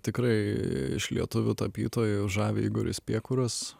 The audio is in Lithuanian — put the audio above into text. tikrai iš lietuvių tapytojų žavi igoris piekuras